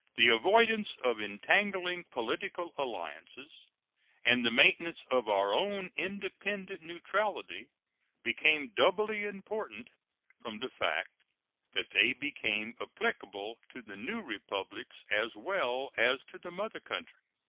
the avoidance of entangling political alliances and the maintenance of our own independent neutrality became doubly important from the fact that they became applicable to the new republics as well as to the mother country.